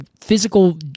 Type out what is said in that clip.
physical